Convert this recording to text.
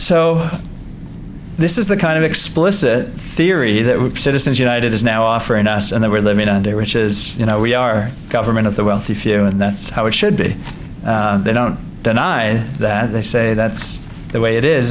so this is the kind of explicit theory that citizens united is now offering us and they were living on day which is you know we are government of the wealthy few and that's how it should be they don't deny that they say that's the way it is